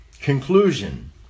conclusion